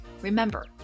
Remember